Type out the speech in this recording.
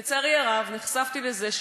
לצערי הרב, נחשפתי לזה.